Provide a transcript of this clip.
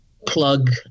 plug